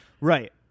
Right